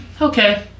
okay